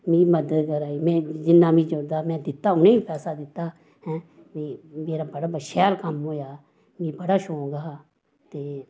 मेरी मदद करा दी जिन्ना में जुड़दा में दित्ता उनें बी पैसा दित्ता हैं मेरा बड़ा बड़ा शैल कम्म होआ मीं बड़ा शौंक हा ते